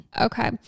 okay